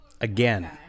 Again